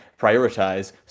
prioritize